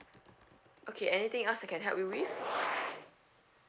okay anything else I can help you with